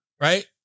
Right